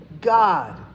God